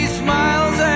smiles